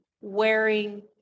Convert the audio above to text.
wearing